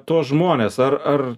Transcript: tuos žmones ar ar